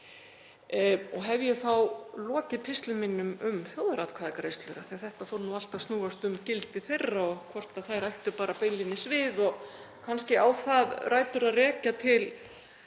Hef ég þá lokið pistli mínum um þjóðaratkvæðagreiðslur, af því að þetta fór nú allt að snúast um gildi þeirra og hvort þær ættu bara beinlínis við. Kannski á það rætur að rekja til